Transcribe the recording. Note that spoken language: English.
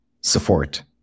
support